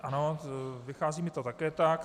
Ano, vychází mi to také tak.